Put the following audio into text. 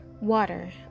water